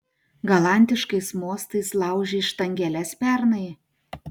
galantiškais mostais laužei štangeles pernai